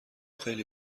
خیلی